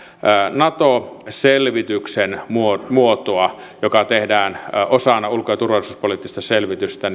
nato selvityksen muotoa muotoa joka tehdään osana ulko ja turvallisuuspoliittista selvitystä